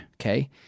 okay